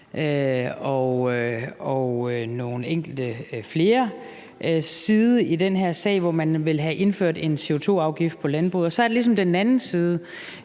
og nogle enkelte flere i den her sag, som vil have indført en CO2-afgift på landbruget, og så er der ligesom den anden side,